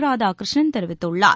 ராதாகிருஷ்ணன் தெரிவித்துள்ளார்